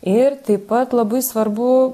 ir taip pat labai svarbu